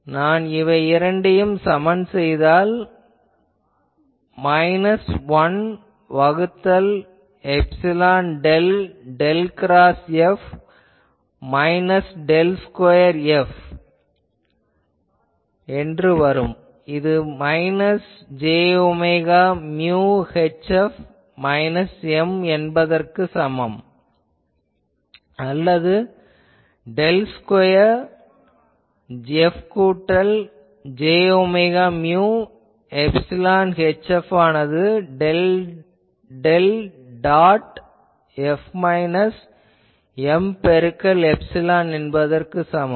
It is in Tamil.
நான் இவை இரண்டையும் சமன் செய்தால் மைனஸ் 1 வகுத்தல் epsilon del del cross F minus del square F இது minus j omega mu HF minus M என்பதற்கு சமம் ஆகும் அல்லது டெல் ஸ்கொயர் F கூட்டல் j omega mu epsilon HF ஆனது del del dot F minus M பெருக்கல் எப்சிலான் என்பதற்கு சமம்